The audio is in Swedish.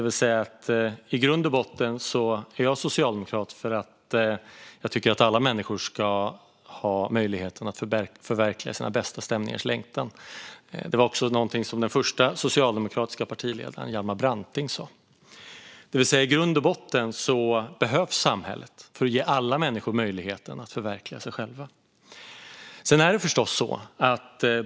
I grund och botten är jag socialdemokrat därför att jag tycker att alla människor ska ha möjlighet att förverkliga sina bästa stämningars längtan. Det var också något som den första socialdemokratiska partiledaren Hjalmar Branting sa. I grund och botten behövs samhället för att ge alla människor möjligheten att förverkliga sig själva.